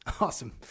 Awesome